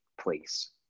place